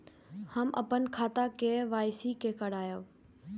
हम अपन खाता के के.वाई.सी के करायब?